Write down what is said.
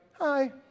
hi